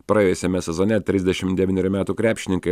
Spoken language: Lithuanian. praėjusiame sezone trisdešimt devynierių metų krepšininkai